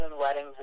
weddings